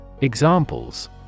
Examples